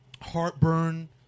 Heartburn